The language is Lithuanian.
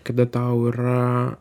kada tau yra